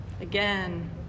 again